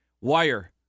wire